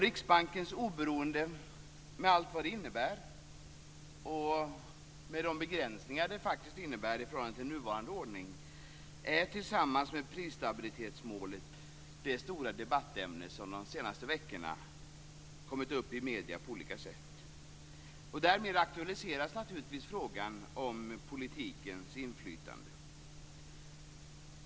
Riksbankens oberoende med allt vad det innebär, med de begränsningar det faktiskt innebär i förhållande till nuvarande ordning, är tillsammans med prisstabilitetsmålet det stora debattämne som de senaste veckorna kommit upp i medierna på olika sätt. Därmed aktualiseras naturligtvis frågan om politikens inflytande.